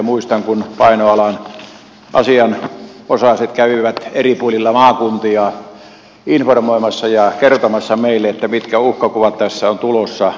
muistan kun painoalan asianosaiset kävivät eri puolilla maakuntia informoimassa ja kertomassa meille mitkä uhkakuvat tässä on tulossa